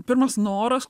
pirmas noras